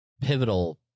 pivotal